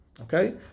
Okay